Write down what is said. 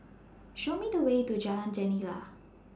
Show Me The Way to Jalan Jendela